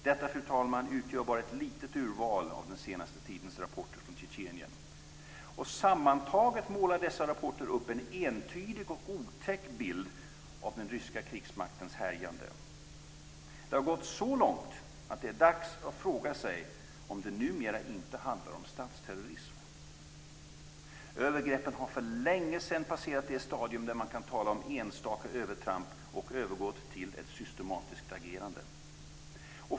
Detta, fru talman, utgör bara ett litet urval av den senaste tidens rapporter från Tjetjenien. Sammantaget målar dessa rapporter upp en entydig och otäck bild av den ryska krigsmaktens härjande. Det har gått så långt att det är dags att fråga sig om det numera inte handlar om statsterrorism. Övergreppen har för länge sedan passerat det stadium där man kan tala om enstaka övertramp och har övergått till ett systematiskt agerande.